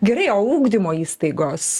gerai o ugdymo įstaigos